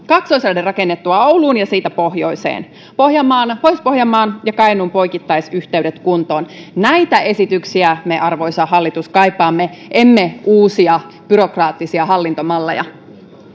kaksoisraide rakennettua ouluun ja siitä pohjoiseen sekä pohjois pohjanmaan ja kainuun poikittaisyhteydet kuntoon näitä esityksiä me arvoisa hallitus kaipaamme emme uusia byrokraattisia hallintomalleja